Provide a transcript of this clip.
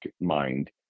mind